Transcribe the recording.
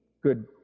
good